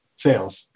sales